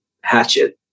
hatchet